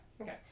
Okay